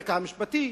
הרקע המשפטי,